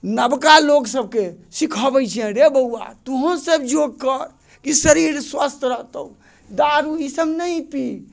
नवका लोकसबके सिखाबै छिए रे बउआ तोहूँसब योग कर ई शरीर स्वस्थ रहतौ दारू ईसब नहि पी